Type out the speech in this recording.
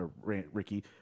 Ricky